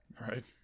right